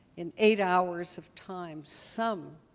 in eight hours of time, some